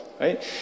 right